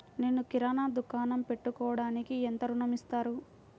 నేను కిరాణా దుకాణం పెట్టుకోడానికి ఎంత ఋణం ఇస్తారు?